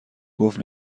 گفت